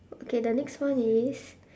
okay the next one is